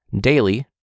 daily